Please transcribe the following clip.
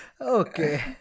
Okay